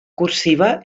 cursiva